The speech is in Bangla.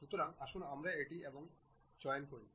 সুতরাং আসুন আমরা এটি এবং এটি চয়ন করি